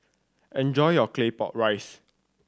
enjoy your Claypot Rice